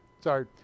Sorry